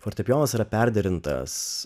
fortepijonas yra perderintas